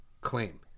claim